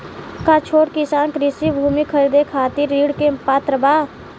का छोट किसान कृषि भूमि खरीदे के खातिर ऋण के पात्र बा?